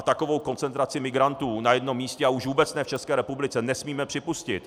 Takovou koncentraci migrantů na jednom místě, a už vůbec ne v České republice, nesmíme připustit.